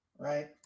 Right